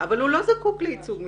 הוא לא זקוק לייצוג משפטי,